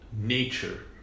nature